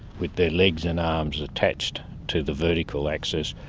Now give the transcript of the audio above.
with their legs and arms attached to the vertical axis.